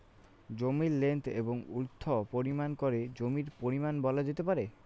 জমির লেন্থ এবং উইড্থ পরিমাপ করে জমির পরিমান বলা যেতে পারে